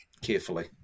carefully